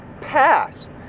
pass